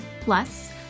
Plus